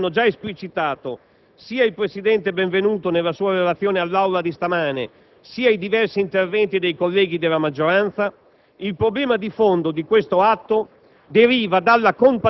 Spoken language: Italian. Come molto bene hanno già esplicitato sia il presidente Benvenuto nella sua relazione all'Aula di stamattina sia i diversi interventi dei colleghi della maggioranza, il problema di fondo di questo atto